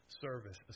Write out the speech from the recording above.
service